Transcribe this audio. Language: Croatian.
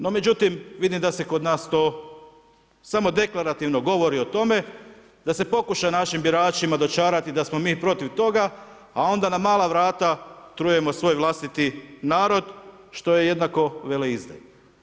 No međutim vidim da se kod nas to samo deklarativno govori o tome, da se pokuša našim biračima dočarati da smo mi protiv toga, a onda na mala vrata trujemo svoj vlastiti narod, što je jednako veleizdaji.